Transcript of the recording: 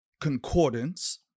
concordance